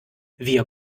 wir